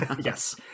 Yes